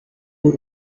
w’u